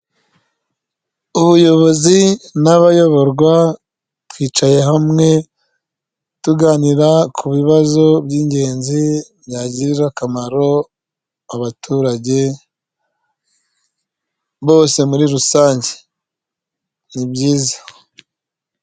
Ubuyobozi n'abayoborwa twicaye hamwe tuganira ku bibazo by'ingenzi byagirira akamaro abaturage bose muri rusange, n'ibyiza.